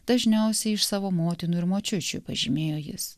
dažniausiai iš savo motinų ir močiučių pažymėjo jis